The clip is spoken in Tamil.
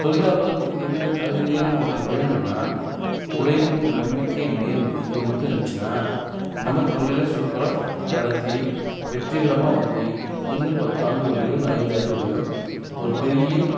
தொழிலதிபருக்கு என்னென்ன தகுதில் நமக்கு வேணுன்னா உழைப்பு நம்பிக்கை நேர்மை இது மட்டும் இருந்துச்சின்னா நம்ம தொழிலில் சூப்பராக நடத்தி வெற்றிகரமாக வந்து இன்னும் பத்தாண்டுகள்லேயோ இல்லை ஐந்தாண்டுகள்லேயோ ஒரு பெரிய